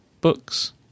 books